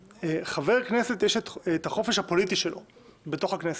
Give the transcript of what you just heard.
שלחבר כנסת יש את החופש הפוליטי שלו בתוך הכנסת.